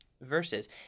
verses